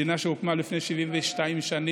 מדינה שהוקמה לפני 72 שנים,